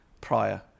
prior